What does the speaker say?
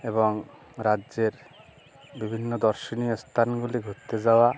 এবং রাজ্যের বিভিন্ন দর্শনীয় স্থানগুলি ঘুরতে যাওয়া